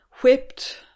whipped